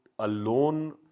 alone